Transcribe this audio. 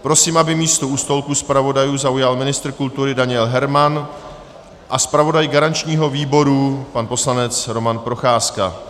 Prosím, aby místo u stolku zpravodajů zaujal ministr kultury Daniel Herman a zpravodaj garančního výboru pan poslanec Roman Procházka.